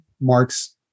Mark's